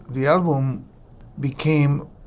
the album became